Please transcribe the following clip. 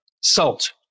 salt